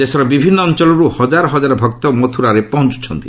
ଦେଶର ବିଭିନ୍ନ ଅଞ୍ଚଳରୁ ହଜାର ହଜାର ଭକ୍ତ ମଥୁରାରେ ପହଞ୍ଚୁଛନ୍ତି